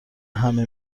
همه